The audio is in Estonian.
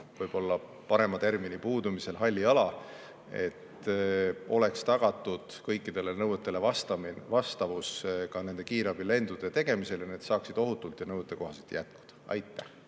või parema termini puudumisel halli ala, et oleks tagatud kõikidele nõuetele vastavus ka kiirabilendude tegemisel ja et need saaksid ohutult ja nõuetekohaselt jätkuda. Aitäh!